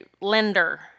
lender